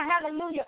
hallelujah